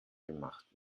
gemacht